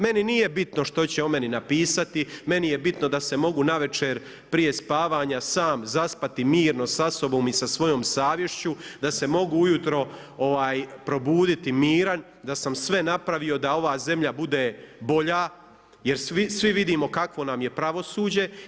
Meni nije bitno što će o meni napisati, meni je bitno da se mogu navečer prije spavanja sam zaspati, mirno, sa sobom i sa svojom savješću, da se mogu ujutro probuditi miran i da sam sve napravio da ova zemlja bude bolja, jer svi vidimo kakvo nam je pravosuđe.